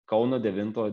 kauno devinto